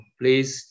please